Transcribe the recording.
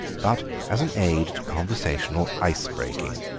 but as an aid to conversational ice-breaking.